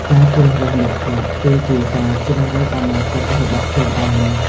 ការជ្រើសរើសមិត្តភក្តិ គឺជាការជ្រើសរើសអនាគតរបស់ខ្លួនឯង។